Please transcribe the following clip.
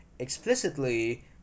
explicitly